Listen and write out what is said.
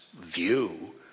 view